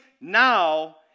now